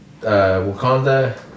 Wakanda